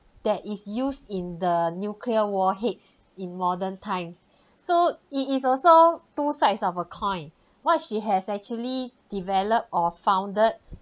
that is used in the nuclear warheads in modern times so it is also two sides of a coin what she has actually developed or founded